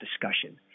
discussion